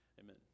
amen